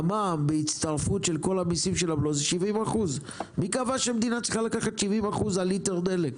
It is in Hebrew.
המע"מ בהצטרפות של כל המסים של הבלו זה 70%. מי קבע שמדינה צריכה לקחת 70% על ליטר דלק?